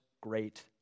great